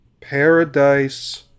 Paradise